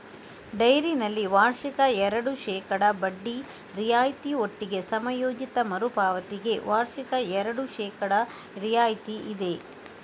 ಡೈರಿನಲ್ಲಿ ವಾರ್ಷಿಕ ಎರಡು ಶೇಕಡಾ ಬಡ್ಡಿ ರಿಯಾಯಿತಿ ಒಟ್ಟಿಗೆ ಸಮಯೋಚಿತ ಮರು ಪಾವತಿಗೆ ವಾರ್ಷಿಕ ಎರಡು ಶೇಕಡಾ ರಿಯಾಯಿತಿ ಇದೆ